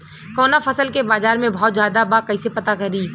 कवना फसल के बाजार में भाव ज्यादा बा कैसे पता करि?